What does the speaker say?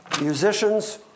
Musicians